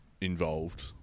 involved